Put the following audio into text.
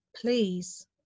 please